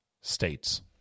states